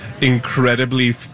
incredibly